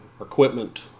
equipment